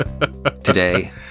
today